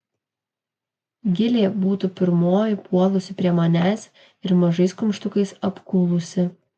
gilė būtų pirmoji puolusi prie manęs ir mažais kumštukais apkūlusi